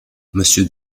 monsieur